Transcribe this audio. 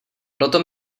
proto